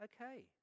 Okay